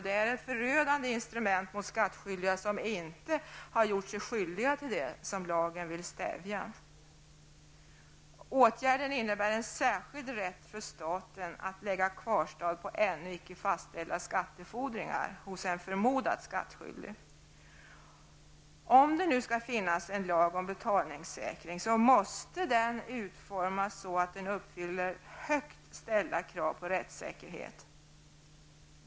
Den är ett förödande instrument mot skattskyldiga som inte har gjort sig skyldiga till det som lagen vill stävja. Åtgärden innebär en särskild rätt för staten att lägga kvarstad på ännu icke fastställda skattefordringar hos en förmodat skattskyldig. Om det nu skall finnas en lag om betalningssäkring måste den utformas så att den uppfyller högt ställda krav på rättssäkerhet.